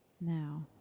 Now